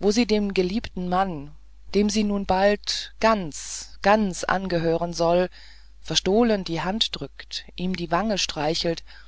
wo sie dem geliebten mann dem sie nun bald ganz ganz angehören soll verstohlen die hand drückt ihm die wange streichelt